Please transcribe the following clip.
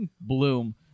Bloom